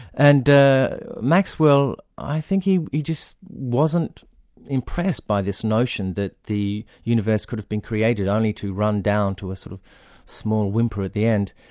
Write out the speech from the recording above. and maxwell, i think he he just wasn't impressed by this notion that the universe could have been created only to run down to a sort of small whimper at the end.